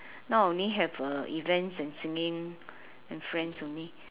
now only have uh events and singing and friends only